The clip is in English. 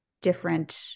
different